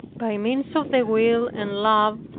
by means of the will and love,